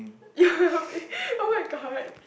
you will be [oh]-my-god